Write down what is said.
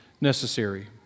necessary